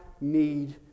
need